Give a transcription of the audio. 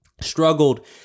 struggled